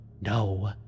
no